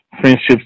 friendships